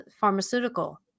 pharmaceutical